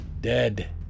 dead